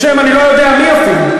בשם אני לא יודע מי אפילו.